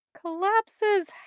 Collapses